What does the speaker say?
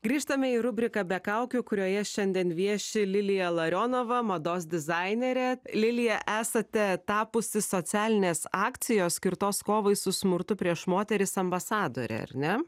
grįžtame į rubriką be kaukių kurioje šiandien vieši lilija larionava mados dizainerė lilija esate tapusi socialinės akcijos skirtos kovai su smurtu prieš moteris ambasadore ar ne